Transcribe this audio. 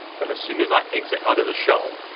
but as soon as i exit out of the shell,